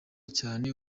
cyane